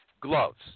gloves